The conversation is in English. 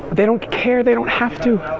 they don't care, they don't have to.